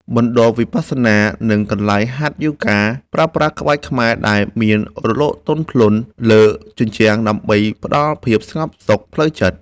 មណ្ឌលវិបស្សនា និងកន្លែងហាត់យូហ្គា ប្រើប្រាស់ក្បាច់ខ្មែរដែលមានរលកទន់ភ្លន់លើជញ្ជាំង ដើម្បីផ្ដល់ភាពស្ងប់សុខផ្លូវចិត្ត។